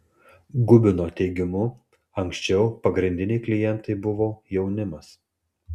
gubino teigimu anksčiau pagrindiniai klientai buvo jaunimas